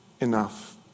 enough